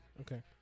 Okay